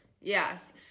Yes